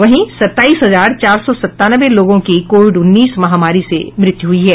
वहीं सताईस हजार चार सौ संतानवे लोगों की कोविड उन्नीस महामारी से मृत्यु हुई है